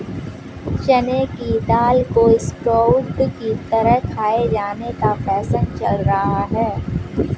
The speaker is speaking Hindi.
चने की दाल को स्प्रोउट की तरह खाये जाने का फैशन चल रहा है